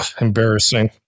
Embarrassing